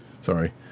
sorry